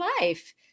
life